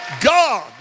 God